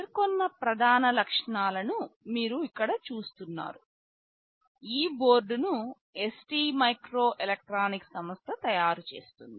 పేర్కొన్న ప్రధాన లక్షణాలను మీరు ఇక్కడ చూస్తున్నారు ఈ బోర్డును ST మైక్రో ఎలెక్ట్రానిక్స్ సంస్థ తయారు చేస్తుంది